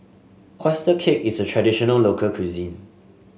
oyster cake is a traditional local cuisine